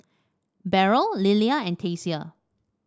Beryl Lilia and Tasia